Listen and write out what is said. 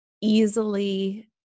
easily